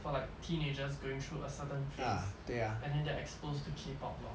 for like teenagers going through a certain phase and then they are exposed to K pop lor